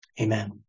Amen